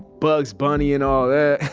bugs bunny and all that.